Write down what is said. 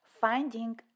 Finding